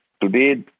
today